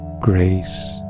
grace